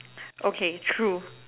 okay true